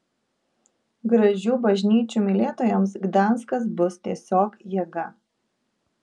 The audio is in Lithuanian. gražių bažnyčių mylėtojams gdanskas bus tiesiog jėga